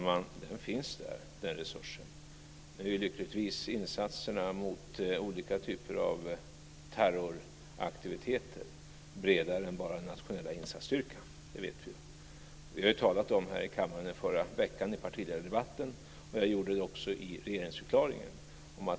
Fru talman! Den resursen finns där. Lyckligtvis är insatserna mot olika typer av terroraktiviteter bredare än bara Nationella insatsstyrkan. Jag talade om detta i partiledardebatten i förra veckan och i regeringsförklaringen.